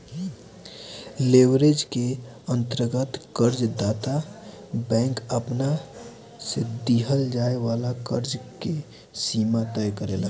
leverage के अंतर्गत कर्ज दाता बैंक आपना से दीहल जाए वाला कर्ज के सीमा तय करेला